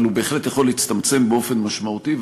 אבל הוא בהחלט יכול להצטמצם באופן משמעותי,